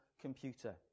computer